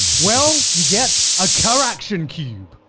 well, you get a charaction cube.